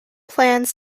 plans